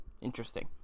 Interesting